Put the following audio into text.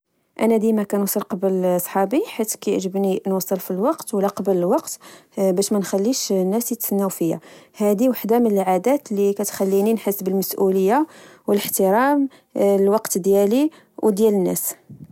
انا ديما كنوصل قبل صحابي حيت كيعجبني نوصل في الوقت ولا قبل الوقت باش ما نخليش الناس يتسناو فيا هذه واحده من العادات اللي كتخليني نحس بالمسؤليه والاحترام. الوقت ديالي وديال الناس